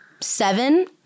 seven